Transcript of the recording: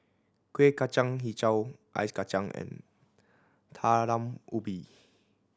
Kueh Kacang Hijau ice kacang and Talam Ubi